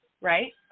right